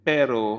Pero